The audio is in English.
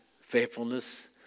faithfulness